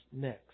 next